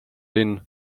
linn